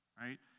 Right